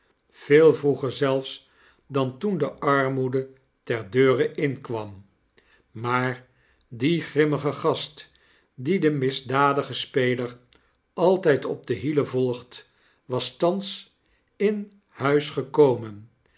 veel vroeger zelfs dan toen de armoede ter deure inkwam maar die grimmige gast die den misdadigen speler altyd op de hielen volgt was thans in huis gekomen